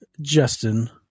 justin